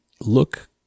look